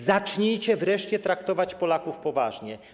Zacznijcie wreszcie traktować Polaków poważnie.